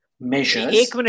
measures